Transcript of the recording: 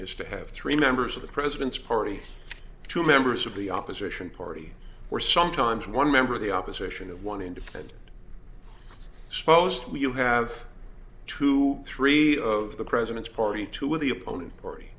is to have three members of the president's party two members of the opposition party were sometimes one member of the opposition of one independent s'posed you have two three of the president's party two with the opponent